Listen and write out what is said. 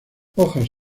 hojas